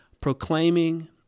Proclaiming